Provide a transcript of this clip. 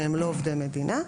שהם לא עובדי המדינה.